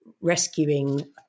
rescuing